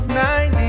90